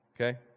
Okay